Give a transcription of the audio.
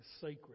sacred